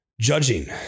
Judging